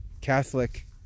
Catholic